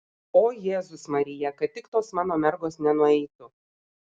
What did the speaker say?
o jėzus marija kad tik tos mano mergos nenueitų